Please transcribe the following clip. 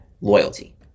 loyalty